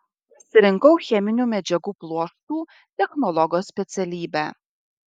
pasirinkau cheminių medžiagų pluoštų technologo specialybę